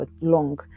long